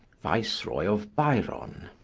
viceroy of byron.